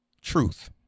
truth